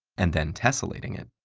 and then tessellating it,